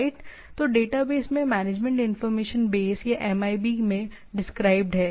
तो डेटाबेस में management information base या MIBs में डिस्क्राइब है